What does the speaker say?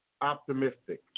optimistic